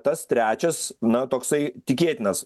tas trečias na toksai tikėtinas